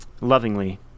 Lovingly